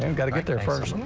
and gotta get there first.